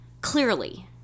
Clearly